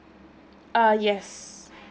ah yes